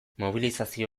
mobilizazio